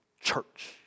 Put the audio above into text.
Church